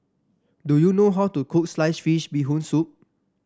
do you know how to cook Sliced Fish Bee Hoon Soup